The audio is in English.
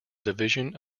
division